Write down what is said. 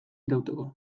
irauteko